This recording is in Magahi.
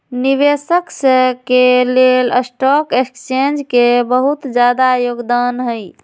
निवेशक स के लेल स्टॉक एक्सचेन्ज के बहुत जादा योगदान हई